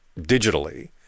digitally